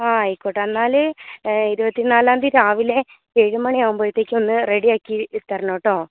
ആ ആയിക്കോട്ടെ എന്നാൽ ഇരുപത്തിനാലാം തീയതി രാവിലെ ഏഴുമണി ആകുമ്പോഴത്തേക്കും ഒന്ന് റെഡിയാക്കി തരണം കേട്ടോ